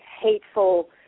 hateful